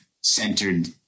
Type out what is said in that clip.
Centered